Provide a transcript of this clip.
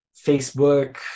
Facebook